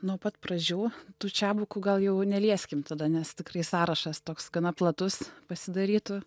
nuo pat pradžių tų čiabukų gal jau nelieskim tada nes tikrai sąrašas toks gana platus pasidarytų